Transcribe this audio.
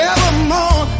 Evermore